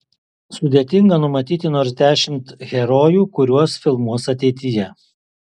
sudėtinga numatyti nors dešimt herojų kuriuos filmuos ateityje